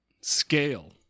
scale